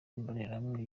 imbonerahamwe